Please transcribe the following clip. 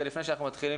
לפני שאנחנו מתחילים,